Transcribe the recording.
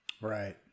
right